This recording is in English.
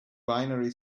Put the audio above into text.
binary